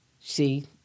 See